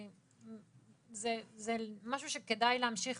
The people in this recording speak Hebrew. זה משהו שכדאי להמשיך